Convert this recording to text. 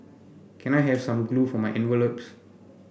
can I have some glue for my envelopes